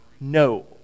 no